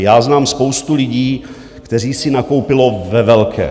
Já znám spoustu lidí, kteří si nakoupili ve velkém.